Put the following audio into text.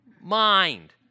mind